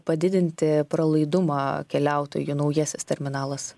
padidinti pralaidumą keliautojų naujasis terminalas